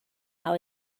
how